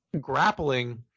grappling